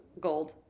gold